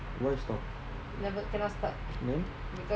why stop then